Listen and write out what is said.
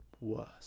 worse